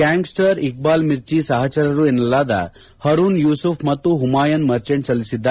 ಗ್ಲಾಂಗ್ಸ್ಟಾರ್ ಇಕ್ಲಾಲ್ ಮಿರ್ಚಿ ಸಹಚರರು ಎನ್ನಲಾದ ಹರೂನ್ ಯೂಸಫ್ ಮತ್ತು ಹುಮಾಯನ್ ಮರ್ಚೆಂಟ್ ಸಲ್ಲಿಸಿದ್ದ